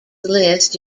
list